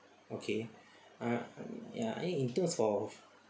okay ah ya I think in terms of